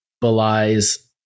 belies